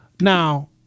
Now